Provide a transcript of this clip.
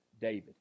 David